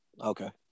Okay